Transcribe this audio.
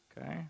Okay